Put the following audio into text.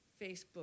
Facebook